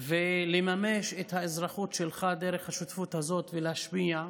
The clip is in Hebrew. ולממש את האזרחות שלך דרך השותפות הזאת ולהשפיע.